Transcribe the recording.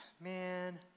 man